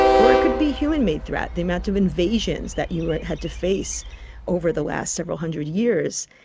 or it could be human-made threat, the amount of invasions that you had to face over the last several hundred years,